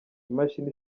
imashini